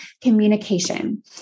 communication